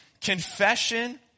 confession